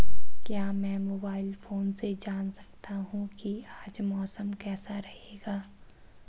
क्या मैं mobile phone से जान सकता हूँ कि आज मौसम कैसा रहेगा?